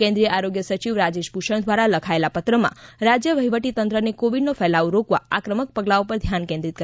કેન્દ્રીય આરોગ્ય સચિવ રાજેશ ભૂષણ દ્વારા લખાયેલા પત્રમાં રાજ્ય વહીવટીતંત્રને કોવીડનો ફેલાવો રોકવા આક્રમક પગલાઓ પર ધ્યાન કેન્દ્રિત કરવા તાકીદ કરી છે